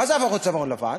מה זה עבירות צווארון לבן?